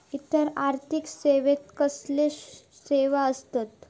इतर आर्थिक सेवेत कसले सेवा आसत?